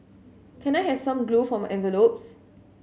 can I have some glue for my envelopes